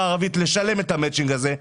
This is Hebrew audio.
הערבית אין כסף לשלם את המצ'ינג הזה,